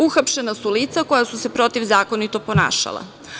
Uhapšena su lica koja su se protivzakonito ponašala.